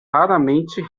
raramente